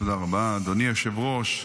תודה רבה, אדוני היושב-ראש.